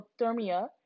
hypothermia